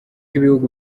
ibihugu